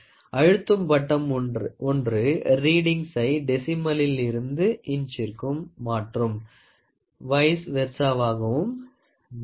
அழுத்தும் பட்டன் ஒன்று ரீடிங்சை டெசிமலில் இருந்து இன்ச்சிற்க்கு மாற்றும் வயிஸ் வெர்சாவாகவும் மாற்றும்